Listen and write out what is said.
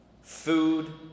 Food